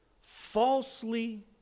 falsely